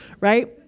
Right